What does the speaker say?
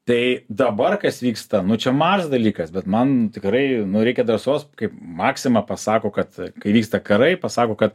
tai dabar kas vyksta nu čia mažas dalykas bet man tikrai nu reikia drąsos kaip maxima pasako kad kai vyksta karai pasako kad